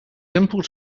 simple